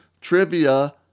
Trivia